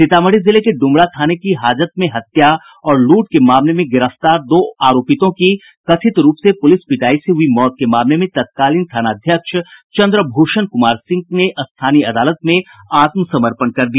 सीतामढ़ी जिले के डुमरा थाने की हाजत में हत्या और लूट के मामले में गिरफ्तार दो आरोपितों की कथित रूप से पुलिस पिटाई से हुयी मौत के मामले में तत्कालीन थानाध्यक्ष चंद्र भूषण कुमार सिंह ने स्थानीय अदालत में आत्मसमर्पण कर दिया